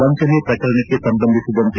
ವಂಚನೆ ಪ್ರಕರಣಕ್ಕೆ ಸಂಬಂಧಿಸಿದಂತೆ